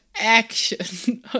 action